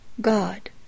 God